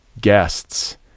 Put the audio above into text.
guests